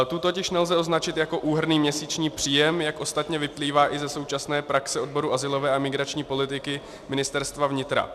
Tu totiž nelze označit jako úhrnný měsíční příjem, jak ostatně vyplývá i ze současné praxe odboru azylové a migrační politiky Ministerstva vnitra.